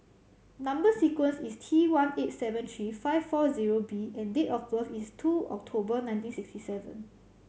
number sequence is T one eight seven three five four zero B and date of birth is two October nineteen sixty seven